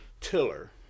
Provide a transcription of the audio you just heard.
tiller